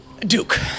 Duke